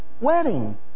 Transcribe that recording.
wedding